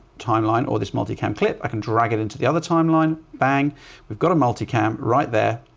timeline or this multi-cam clip i can drag it into the other timeline, bang we've got a multi-cam right there,